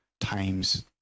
times